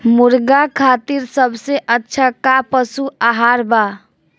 मुर्गा खातिर सबसे अच्छा का पशु आहार बा?